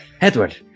Edward